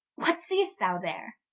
what seest thou there?